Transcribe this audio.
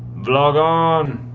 vlog on!